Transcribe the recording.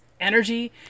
energy